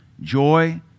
joy